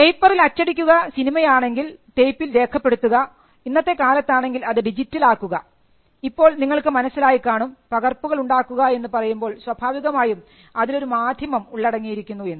പേപ്പറിൽ അച്ചടിക്കുക സിനിമയാണെങ്കിൽ ടേപ്പിൽ രേഖപ്പെടുത്തുക ഇന്നത്തെ കാലത്താണെങ്കിൽ അത് ഡിജിറ്റൽ ആക്കുക ഇപ്പോൾ നിങ്ങൾക്ക് മനസ്സിലായിക്കാണും പകർപ്പുകൾ ഉണ്ടാക്കുക എന്ന് പറയുമ്പോൾ സ്വാഭാവികമായും അതിലൊരു മാധ്യമം ഉള്ളടങ്ങിയിരിക്കുന്നു എന്ന്